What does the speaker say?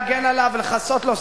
אבל אתם נכנסים להגן עליו ולכסות לו,